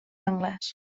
anglès